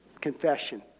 confession